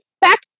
back